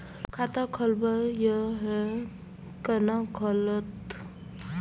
खाता खोलवाक यै है कोना खुलत?